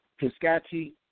piscati